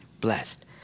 blessed